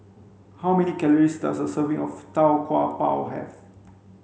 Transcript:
how many calories does a serving of tau kwa pau have